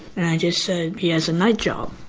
and i just said he has a night job.